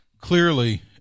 clearly –